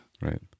Right